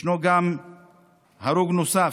ישנו הרוג נוסף,